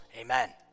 amen